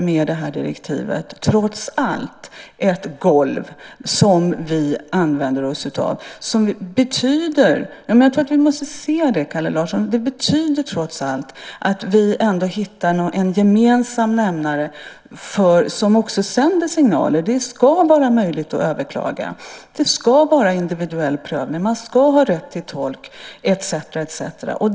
Med det här direktivet får vi trots allt ett golv som betyder att vi hittar en gemensam nämnare som sänder signaler att det ska vara möjligt att överklaga, det ska vara en individuell prövning, man ska ha rätt till tolk etcetera.